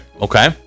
okay